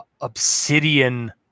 obsidian